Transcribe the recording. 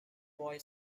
boy